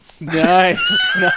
Nice